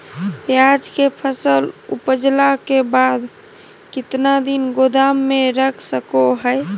प्याज के फसल उपजला के बाद कितना दिन गोदाम में रख सको हय?